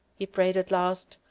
he prayed at last,